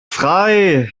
frei